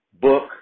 book